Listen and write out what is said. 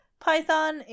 Python